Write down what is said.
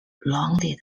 lauded